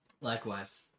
Likewise